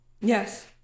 Yes